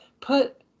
put